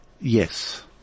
Yes